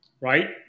right